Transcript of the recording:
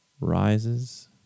rises